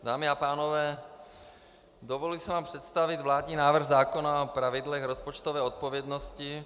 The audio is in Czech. Dámy a pánové, dovoluji si vám představit vládní návrh zákona o pravidlech rozpočtové odpovědnosti.